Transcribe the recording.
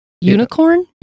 unicorn